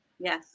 Yes